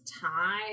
tie